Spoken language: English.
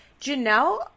Janelle